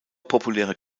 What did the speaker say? populäre